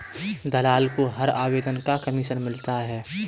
दलाल को हर आवेदन का कमीशन मिलता है